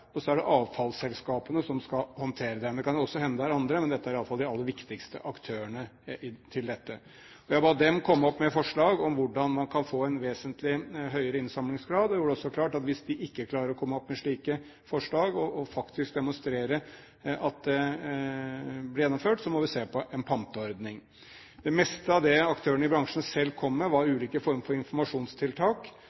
Og så er det avfallsselskapene som skal håndtere dette. Det kan også hende det er andre, men dette er iallfall de aller viktigste aktørene her. Jeg ba dem komme opp med forslag til hvordan man kan få en vesentlig høyere innsamlingsgrad. Jeg gjorde det også klart at hvis de ikke klarer å komme opp med slike forslag og faktisk demonstrere at de blir gjennomført, må vi se på en panteordning. Det meste av det aktørene i bransjen selv kom med, var